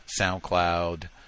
SoundCloud